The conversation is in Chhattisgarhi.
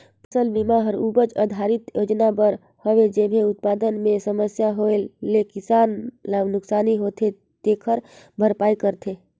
फसल बिमा हर उपज आधरित योजना बर हवे जेम्हे उत्पादन मे समस्या होए ले किसान ल नुकसानी होथे तेखर भरपाई करथे